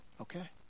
Okay